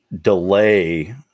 delay